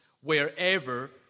wherever